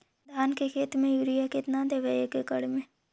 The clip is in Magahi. धान के खेत में युरिया केतना देबै एक एकड़ में?